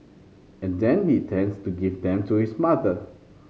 and then he intends to give them to his mother